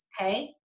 Okay